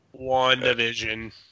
Wandavision